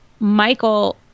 Michael